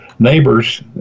neighbors